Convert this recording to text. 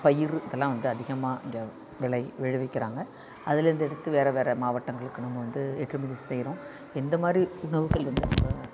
பயிறு இதெல்லாம் வந்து அதிகமாக இங்கே விளை விளைவிற்கறாங்க அதிலிருந்து எடுத்து வேறு வேறு மாவட்டங்களுக்கு நம்ம வந்து ஏற்றுமதி செய்கிறோம் இந்த மாதிரி உணவுகள் வந்து நம்ம